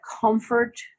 comfort